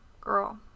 girl